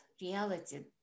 reality